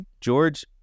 George